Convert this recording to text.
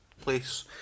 place